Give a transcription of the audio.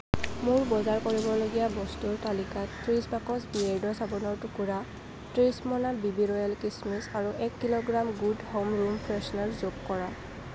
মোৰ বজাৰ কৰিবলগীয়া বস্তুৰ তালিকাত ত্ৰিছ বাকচ বিয়েৰ্ডো চাবোনৰ টুকুৰা ত্ৰিছ মোনা বিবি ৰ'য়েল কিচমিচ আৰু এক কিলোগ্ৰাম গুড হ'ম ৰুম ফ্ৰেছনাৰ যোগ কৰা